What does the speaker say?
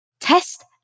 test